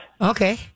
Okay